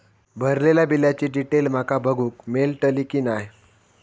भरलेल्या बिलाची डिटेल माका बघूक मेलटली की नाय?